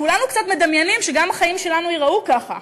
כולנו קצת מדמיינים שגם החיים שלנו ייראו ככה.